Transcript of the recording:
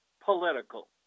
political